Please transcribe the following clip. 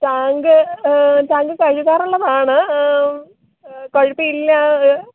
tank tank കഴുകാറുള്ളതാണ് കുഴപ്പമില്ല